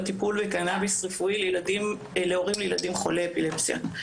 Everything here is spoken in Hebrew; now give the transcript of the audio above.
בטיפול בקנביס רפואי לילדים חולי אפילפסיה.